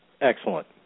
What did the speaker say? Excellent